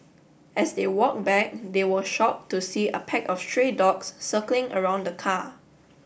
as they walk back they were shock to see a pack of stray dogs circling around the car